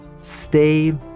stay